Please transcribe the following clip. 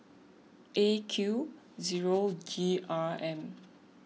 A Q zero G R M